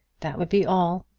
that would be all.